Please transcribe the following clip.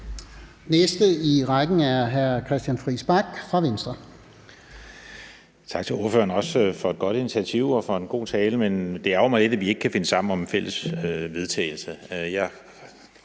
næste i rækken er hr. Christian Friis Bach fra Venstre.